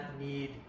need